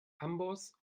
amboss